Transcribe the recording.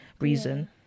reason